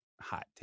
hot